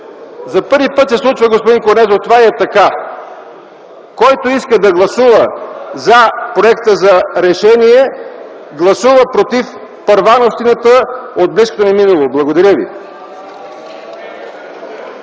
За първи път се случва, господин Корнезов, това, и е така. Който иска да гласува за проекта за решение, гласува против първановщината от близкото ни минало. Благодаря ви.